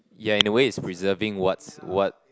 ya in a way it's preserving what's what